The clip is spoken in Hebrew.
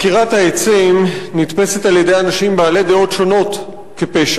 עקירת העצים נתפסת על-ידי אנשים בעלי דעות שונות כפשע.